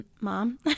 Mom